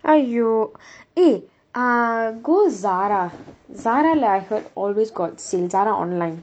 !aiyo! eh ah go Zara Zara like I heard always got sale Zara online